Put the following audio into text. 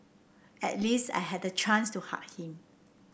at least I had a chance to hug him